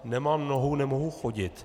Nemám nohu, nemohu chodit.